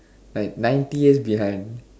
like ninety years behind